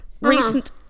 recent